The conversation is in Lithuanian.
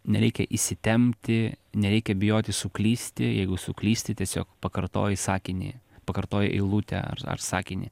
nereikia įsitempti nereikia bijoti suklysti jeigu suklysti tiesiog pakartoji sakinį pakartoji eilutę ar ar sakinį